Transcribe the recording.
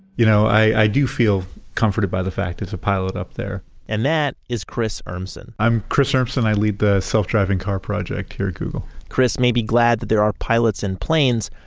you know, i do feel comforted by the fact there's a pilot up there and that is chris urmson i'm chris urmson. i lead the self-driving car project here at google chris may be glad that there are pilots in planes,